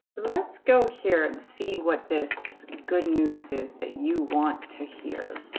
let's go here and see what this good news is that you want to hear